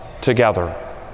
together